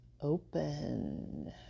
open